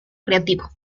creativo